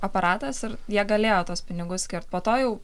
aparatas jie galėjo tuos pinigus skirt po to jau